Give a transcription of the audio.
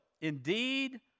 indeed